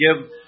give